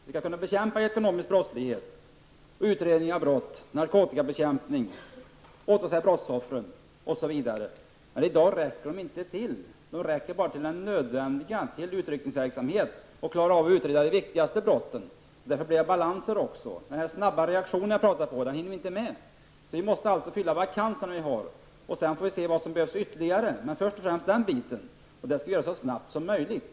De skall kunna bekämpa ekonomisk brottslighet, utreda brott, bedriva narkotikabekämpning, ta sig an brottsoffren osv. Men i dag räcker de inte till. De räcker bara till det nödvändiga, dvs. utryckning och att klara av att utreda de viktigaste brotten. Det är också därför som det blir balanser. Den snabba reaktionen jag talade om hinner man inte med. Vi måste fylla de vakanser som finns, och sedan får vi se vad som ytterligare behövs göras. Men det är först och främst den delen som behöver åtgärdas, och det skall göras så snabbt som möjligt.